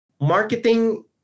Marketing